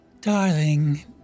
darling